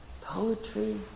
poetry